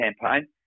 campaign